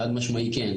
חד משמעית כן.